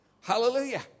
Hallelujah